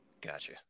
Gotcha